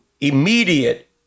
immediate